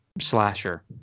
slasher